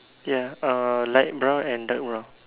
ya uh light brown and dark brown